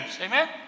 Amen